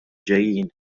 ġejjin